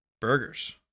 Burgers